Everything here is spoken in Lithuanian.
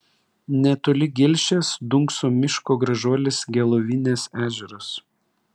netoli gilšės dunkso miško gražuolis gelovinės ežeras